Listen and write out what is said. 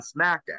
SmackDown